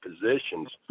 positions